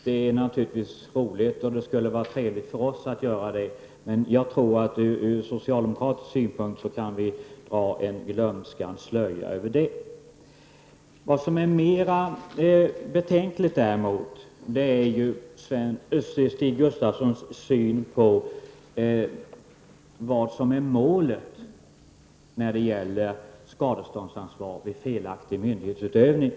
Det skulle naturligtvis vara trevligt för oss att göra det, men jag tror att vi för socialdemokraternas del kan dra en glömskans slöja över detta. Mera betänklig är Stig Gustafssons syn på vad som är målet när det gäller skadeståndsansvar vid felaktig myndighetsutövning.